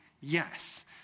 yes